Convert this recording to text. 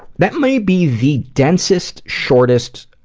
that may be the densest, shortest,